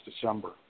December